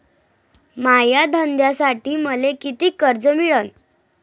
माया धंद्यासाठी मले कितीक कर्ज मिळनं?